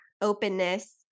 openness